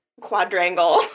quadrangle